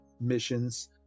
missions